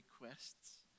requests